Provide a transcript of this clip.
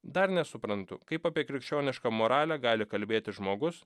dar nesuprantu kaip apie krikščionišką moralę gali kalbėti žmogus